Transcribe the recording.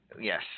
Yes